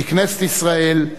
לכנסת ישראל,